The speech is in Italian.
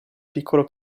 piccolo